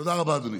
תודה רבה, אדוני.